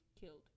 killed